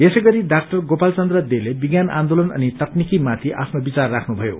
यसैगरी डाक्टर गोपाल चन्द्र देले विज्ञान आन्दोलन अनि तकनिकीमाथि आफ्नो विचार राख्नुभयो